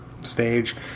stage